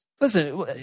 listen